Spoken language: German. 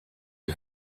die